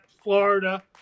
Florida